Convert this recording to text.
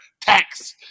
tax